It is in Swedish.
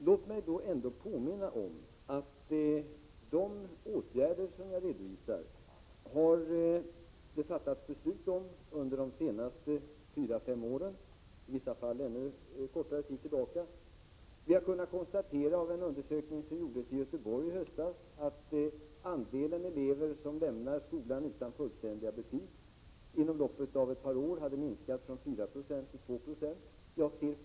Herr talman! Låt mig få påminna om att de åtgärder som jag har redovisat har det fattats beslut om under de senaste 4—5 åren, i vissa fall ännu kortare tid tillbaka. Av en undersökning som gjordes i Göteborg i höstas har vi kunnat konstatera, att inom loppet av ett par år har andelen elever som lämnar skolan utan fullständiga betyg minskat från 4 90 till 2 96.